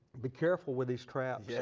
be careful with these traps. yeah